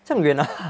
这样远 ah